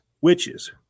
witches